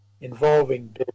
involving